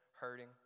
hurting